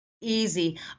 easy